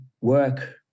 work